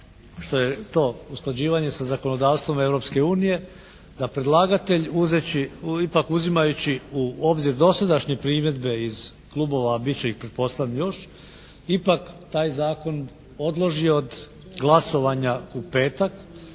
što je to usklađivanje sa zakonodavstvom Europske unije da predlagatelj ipak uzimajući u obzir dosadašnje primjedbe iz klubova, bit će ih pretpostavljam još, ipak taj zakon odloži od glasovanja u petak